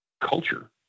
culture